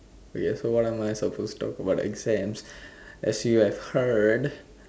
wait so what am I supposed to talk about exams as you have heard